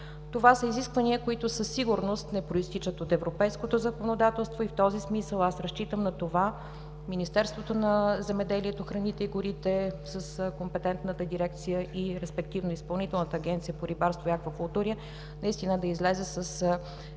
Това са изисквания, които със сигурност не произтичат от европейското законодателство. В този смисъл аз разчитам Министерството на земеделието, храните и горите с компетентната дирекция, респективно Изпълнителната агенция по рибарство и аквакултури, наистина да излязат с